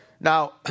now